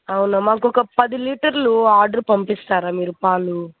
అవునా మాకొక పది లీటర్లు ఆర్డర్ పంపిస్తారా మీరు పాలు